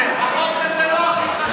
החוק הזה לא הכי חשוב.